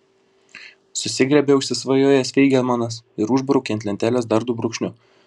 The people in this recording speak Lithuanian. susigriebė užsisvajojęs feigelmanas ir užbraukė ant lentelės dar du brūkšniu